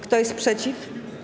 Kto jest przeciw?